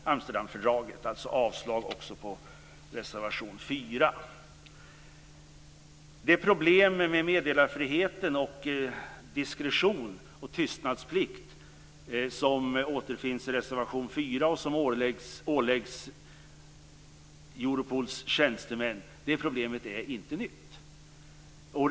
Jag yrkar alltså avslag även på reservation 4. Det problem med meddelarfriheten, diskretionen och tystnadsplikten som beskrivs i reservation 4 och som åläggs Europols tjänstemän är inget nytt problem.